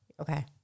Okay